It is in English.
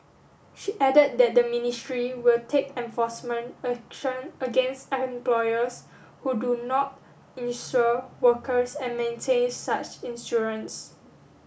she added that the ministry will take enforcement action against employers who do not insure workers and maintain such insurance